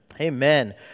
Amen